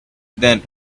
than